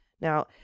Now